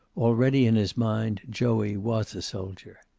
already in his mind joey was a soldier.